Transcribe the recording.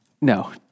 No